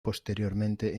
posteriormente